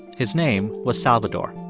his name was salvador.